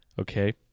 Okay